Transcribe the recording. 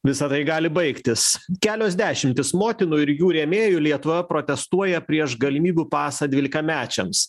visa tai gali baigtis kelios dešimtys motinų ir jų rėmėjų lietuvoje protestuoja prieš galimybių pasą dvylikamečiams